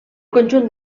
conjunt